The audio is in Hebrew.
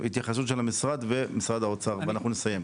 התייחסות של משרד האוצר ואחר כך נסיים.